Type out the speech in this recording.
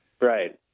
right